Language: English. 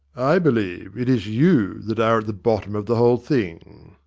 i believe it is you that are at the bottom of the whole thing.